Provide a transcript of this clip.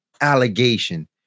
allegation